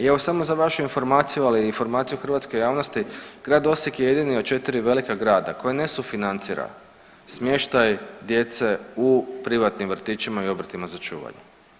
I evo, samo za vašu informaciju, ali i informaciju hrvatske javnosti, grad Osijek je jedini od 4 velika grada koji ne sufinancira smještaj djece u privatnim vrtićima i obrtima za čuvanje.